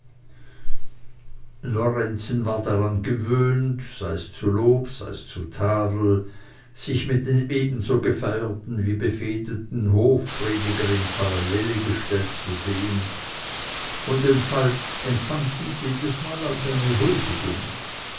war daran gewöhnt sei's zu lob sei's zu tadel sich mit dem ebenso gefeierten wie befehdeten hofprediger in parallele gestellt zu sehen und empfand dies jedesmal als eine huldigung